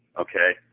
okay